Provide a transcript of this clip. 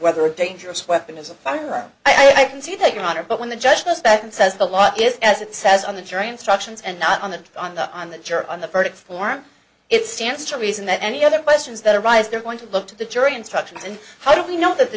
whether a dangerous weapon is a firearm i can see that your honor but when the judge goes back and says the law is as it says on the jury instructions and not on the on the on the jury on the verdict form it stands to reason that any other questions that arise they're going to look to the jury instructions and how do we know that the